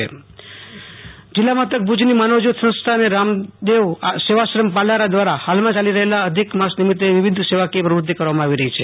આશુ તોષ Antani Bhuj સેવાકીય પ્રવૃતિ જીલ્લામથક ભુજની માનવ જયોત સંસ્થા અને રામદેવ સેવાશ્રમ પાલારા દ્રારા ફાલમાં યાલી રહેલા અધિક માસ નિમિતે વિવિધ સેવાકીય પ્રવૃતિ કરવામાં આવી રહી છે